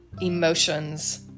emotions